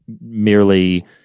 merely